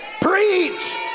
preach